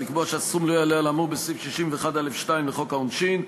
ולקבוע שהסכום לא יעלה על האמור בסעיף 61(א)(2) לחוק העונשין,